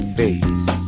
face